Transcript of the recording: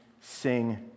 sing